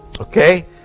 okay